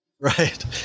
Right